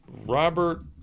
Robert